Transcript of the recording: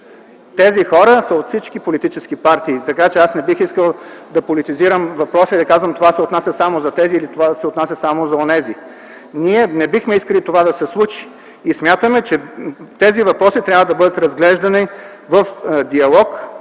Тези хора са от всички политически партии, така че аз не бил искал да политизирам въпроса и да казвам, че това се отнася само за тези или, че това се отнася само за онези. Ние не бихме искали това да се случи и смятаме, че тези въпроси трябва да бъдат разглеждани в диалог